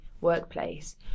workplace